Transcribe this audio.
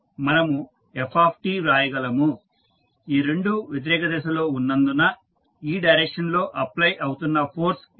మనం f వ్రాయగలము ఈ రెండు వ్యతిరేక దిశలో ఉన్నందున ఈ డైరెక్షన్ లో అప్లై అవుతున్న ఫోర్స్ ఇది